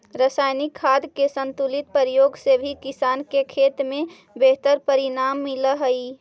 रसायनिक खाद के संतुलित प्रयोग से भी किसान के खेत में बेहतर परिणाम मिलऽ हई